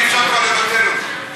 אי-אפשר כבר לבטל אותו.